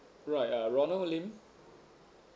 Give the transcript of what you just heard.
right uh ronald lim